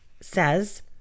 says